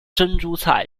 珍珠菜